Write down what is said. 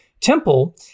Temple